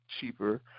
cheaper